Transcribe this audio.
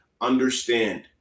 Understand